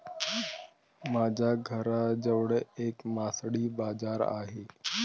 माझ्या घराजवळ एक मासळी बाजार आहे